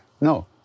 No